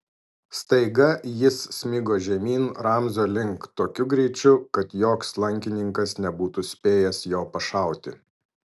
staiga jis smigo žemyn ramzio link tokiu greičiu kad joks lankininkas nebūtų spėjęs jo pašauti